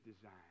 design